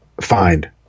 find